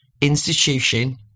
institution